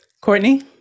Courtney